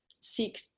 seek